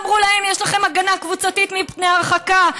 אמרו להם: יש לכם הגנה קבוצתית מפני הרחקה.